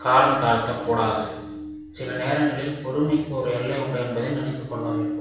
காலம் தாழ்த்த கூடாது சில நேரங்களில் பொறுமைக்கு ஒரு எல்லை உண்டு என்பதை நினைத்துக் கொள்ள வேண்டும்